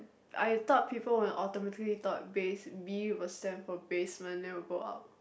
I thought people will automatically thought base B will stand for basement then will go out